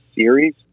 series